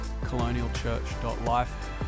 colonialchurch.life